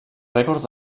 rècord